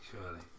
surely